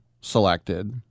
selected